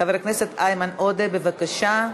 חבר הכנסת איימן עודה, בבקשה.